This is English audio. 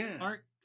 art